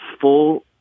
full